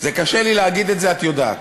קשה להגיד את זה, את יודעת.